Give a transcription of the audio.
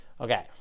Okay